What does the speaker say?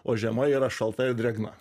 o žiema yra šalta ir drėgna